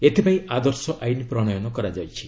ଏଥିପାଇଁ ଆଦର୍ଶ ଆଇନ ପ୍ରଣୟନ କରାଯାଇଛି